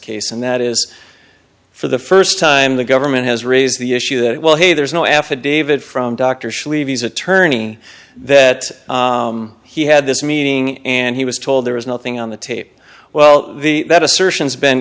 case and that is for the first time the government has raised the issue that well hey there's no affidavit from dr shu levy's attorney that he had this meeting and he was told there was nothing on the tape well the that assertions been